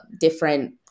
different